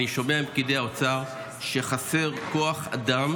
אני שומע מפקידי האוצר שחסר כוח אדם